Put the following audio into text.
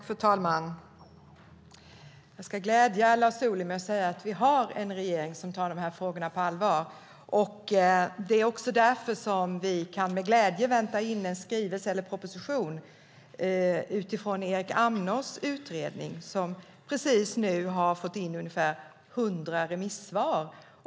Fru talman! Jag ska glädja Lars Ohly med att säga att vi har en regering som tar dessa frågor på allvar. Det är också därför som vi med glädje kan vänta in en skrivelse eller en proposition utifrån Erik Amnås utredning, som precis nu har fått in ungefär hundra remissvar.